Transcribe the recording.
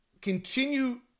continue